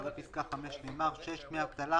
אחרי פסקה (5) נאמר: "(6)דמי אבטלה